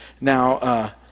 now